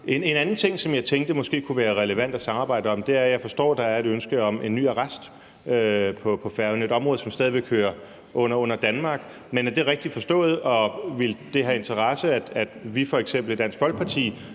En anden ting, som jeg tænkte måske kunne være relevant at samarbejde om, er det ønske, som jeg forstår der er, om en ny arrest på Færøerne, et område, som stadig væk hører under Danmark. Men er det rigtigt forstået? Og ville det have interesse, at vi f.eks. i Dansk Folkeparti,